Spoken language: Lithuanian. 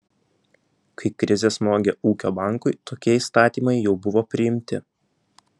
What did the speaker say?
kai krizė smogė ūkio bankui tokie įstatymai jau buvo priimti